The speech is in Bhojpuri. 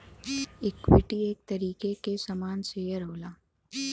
इक्वीटी एक तरीके के सामान शेअर होला